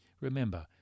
Remember